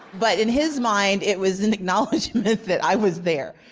but in his mind, it was an acknowledgment that i was there.